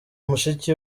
mushiki